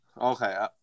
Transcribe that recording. Okay